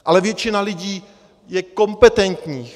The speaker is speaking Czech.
Ale většina lidí je kompetentních.